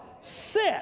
sit